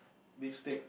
beef stick